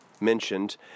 mentioned